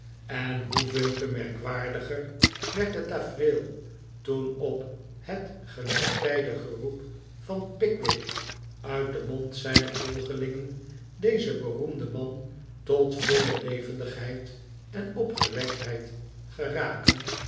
en hoeveel te merkwaardiger werd het tafereel toen op het gelijktijdig geroep van pickwick uit den mond zijner volgelingen deze beroemde man tot voile levendigheid en opgewektheid gerakend